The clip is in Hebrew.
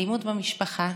אלימות במשפחה,